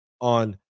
on